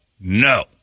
No